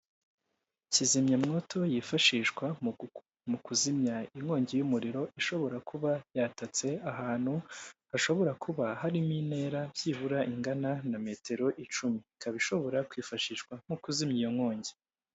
Kizimyamwoto yifashishwa mu kuzimya inkongi y'umuriro ishobora kuba yatatse ahantu hashobora kuba harimo intera byibura ingana na metero icumi, ikaba ishobora kwifashishwa mu kuzimya iyo nkongi.